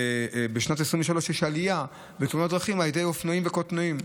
בשנת 2023 יש עלייה בתאונות דרכים על ידי אופנועים וקטנועים,